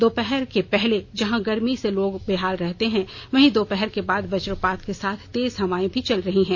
दोपहर के पहले जहां गर्मी से लोग बेहाल रहते हैं वहीं दोपहर के बाद वज्रपात के साथ तेज हवाएं भी चल रही हैं